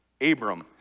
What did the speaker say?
Abram